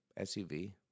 SUV